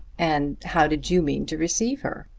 and how did you mean to receive her?